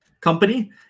company